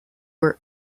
were